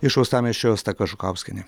iš uostamiesčio asta kažukauskienė